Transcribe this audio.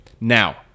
Now